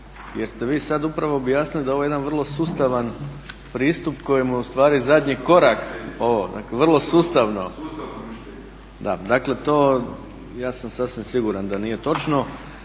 jer ste vi sad upravo objasnili da je ovo jedan vrlo sustavan kojemu je ustvari zadnji korak ovo, dakle vrlo sustavno. … /Upadica se ne razumije./ … Dakle to ja sam sasvim siguran da nije točno.